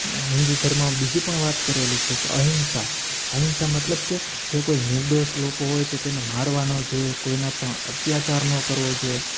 ને હિન્દુ ધર્મમાં બીજી પણ વાત કરેલી છે કે અહિંસા અહિંસા મતલબ કે જે કોઈ નિર્દોષ લોકો હોય તો તેને મારવા ન જોઈએ કોઈના પણ અત્યાચાર ન કરવો જોએ